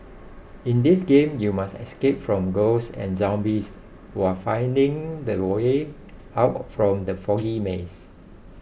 in this game you must escape from ghosts and zombies while finding the way out from the foggy maze